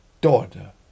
daughter